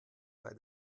mal